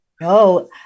no